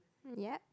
yup